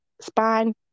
spine